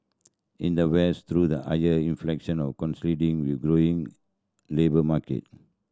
in the West through the higher with glowing labour market